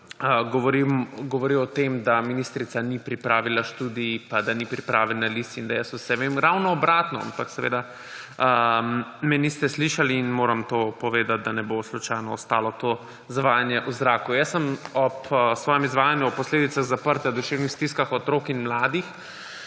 govoril o tem, da ministrica ni pripravila študij pa da ni pripravila analiz in da jaz vse vem. Ravno obratno, ampak seveda me niste slišali in moram to povedati, da ne bo slučajno ostalo to zavajanje v zraku. Jaz sem v svojem izvajanju o posledicah zaprtja, o duševnih stiskah otrok in mladih